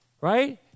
right